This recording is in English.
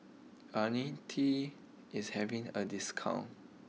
Ionil T is having a discount